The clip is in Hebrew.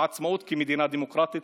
עצמאות כמדינה דמוקרטית,